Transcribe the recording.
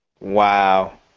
wow